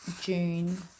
June